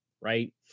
right